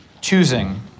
choosing